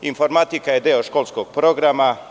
Informatika je deo školskog programa.